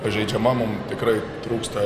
pažeidžiama mum tikrai trūksta